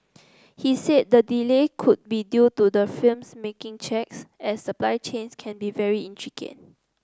he said the delay could be due to the firms making checks as supply chains can be very intricate